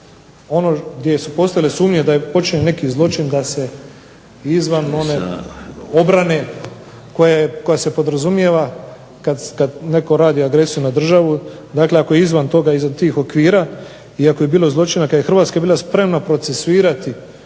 ono gdje su postojale sumnje da je počinjen neki zločin da se izvan one obrane koja se podrazumijeva kad netko radi agresiju na državu. Dakle, ako je izvan toga, izvan tih okvira i ako je bilo zločina kad je Hrvatska bila spremna procesuirati